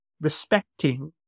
respecting